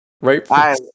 Right